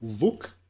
look